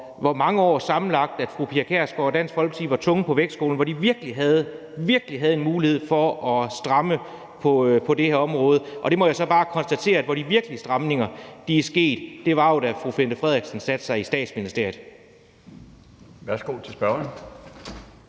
hvor mange år sammenlagt fru Pia Kjærsgaard og Dansk Folkeparti var tungen på vægtskålen, hvor de virkelig havde – virkelig havde – en mulighed for at stramme på det her område. Jeg må så bare konstatere, at der, hvor de virkelige stramninger er sket, jo var, da fru Mette Frederiksen satte sig i Statsministeriet. Kl. 16:08 Den